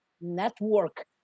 network